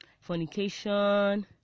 fornication